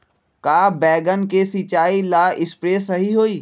का बैगन के सिचाई ला सप्रे सही होई?